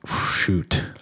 shoot